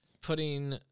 putting